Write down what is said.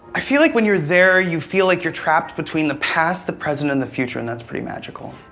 i feel like when you're there you feel like you're trapped between the past, the present, and the future and that's pretty magical.